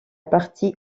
partie